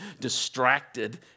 distracted